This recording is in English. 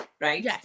Right